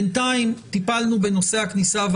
מי שפעם עסק בנושאים כאלה.